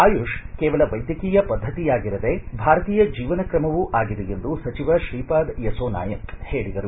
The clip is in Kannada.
ಆಯುಷ್ ಕೇವಲ ವೈದ್ಯಕೀಯ ಪದ್ಧತಿಯಾಗಿರದೇ ಭಾರತೀಯ ಜೀವನ ಕ್ರಮವೂ ಆಗಿದೆ ಎಂದು ಸಚಿವ ಶ್ರೀಪಾದ್ ಯಸೋ ನಾಯಕ್ ಹೇಳಿದರು